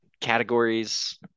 Categories